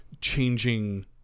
changing